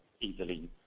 easily